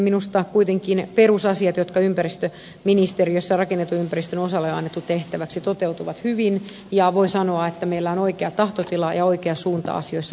minusta kuitenkin perusasiat jotka ympäristöministeriössä rakennetun ympäristön osalle on annettu tehtäväksi toteutuvat hyvin ja voin sanoa että meillä on oikea tahtotila ja oikea suunta asioissa eteenpäin